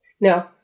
No